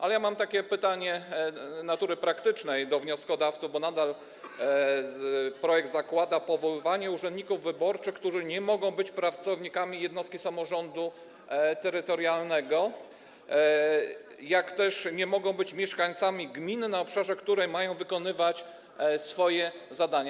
Ale ja mam takie pytanie natury praktycznej do wnioskodawców, bo nadal projekt zakłada powoływanie urzędników wyborczych, którzy nie mogą być pracownikami jednostki samorządu terytorialnego, jak też nie mogą być mieszkańcami gmin, na których obszarze mają wykonywać swoje zadania.